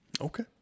Okay